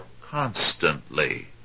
constantly